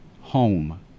home